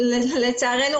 לצערנו,